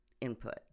input